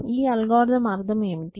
ఈ అల్గోరిథం అర్థం ఏమిటి